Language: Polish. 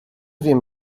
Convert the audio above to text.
wiem